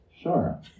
Sure